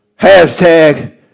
Hashtag